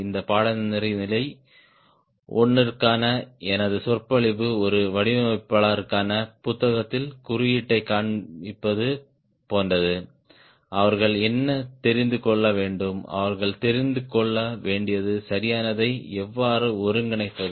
இந்த பாடநெறி நிலை 1 க்கான எனது சொற்பொழிவு ஒரு வடிவமைப்பாளருக்கான புத்தகத்தின் குறியீட்டைக் காண்பிப்பது போன்றது அவர்கள் என்ன தெரிந்து கொள்ள வேண்டும் அவர்கள் தெரிந்து கொள்ள வேண்டியது சரியானதை எவ்வாறு ஒருங்கிணைப்பது